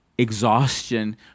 exhaustion